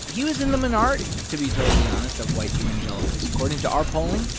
he was in the minority, to be totally honest, of white evangelicals according to our polling,